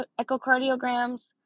echocardiograms